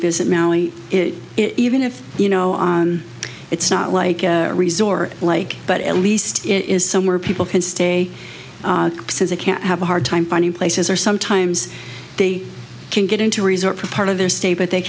visit maui it even if you know it's not like a resort like but at least it is somewhere people can stay says they can't have a hard time finding places or sometimes they can get into a resort for part of their stay but they